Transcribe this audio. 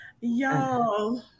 Y'all